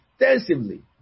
extensively